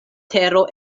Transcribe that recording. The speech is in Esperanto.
tero